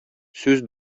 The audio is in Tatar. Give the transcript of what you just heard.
сүз